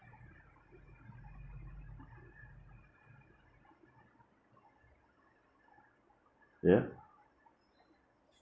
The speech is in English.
ya